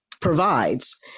provides